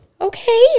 okay